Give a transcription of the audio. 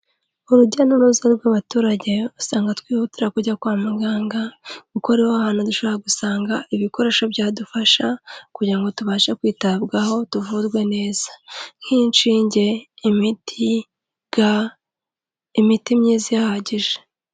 Urujya n'uruza rw'abaturage, usanga twihutira kujya kwa muganga, kuko ariho hantu dushobora gusanga ibikoresho byadufasha, kugira ngo tubashe kwitabwaho tuvurwe neza, nk'inshinge, imiti, ga, imiti myiza ihagije.